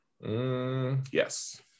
Yes